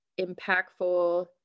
impactful